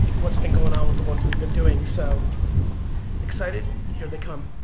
what's been going on with the ones we've been doing. so excited, here they come.